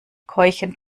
keuchend